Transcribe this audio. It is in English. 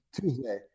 Tuesday